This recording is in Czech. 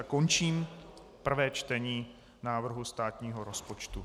Končím prvé čtení návrhu státního rozpočtu.